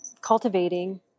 cultivating